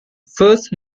first